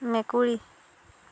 মেকুৰী